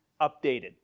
updated